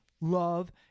love